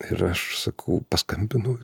ir aš sakau paskambinu